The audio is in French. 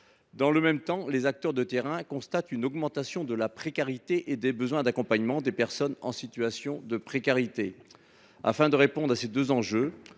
Dans le même temps, les acteurs de terrain constatent une augmentation de la précarité et des besoins d’accompagnement des personnes qui se retrouvent dans une telle situation. Afin de répondre à ces deux enjeux,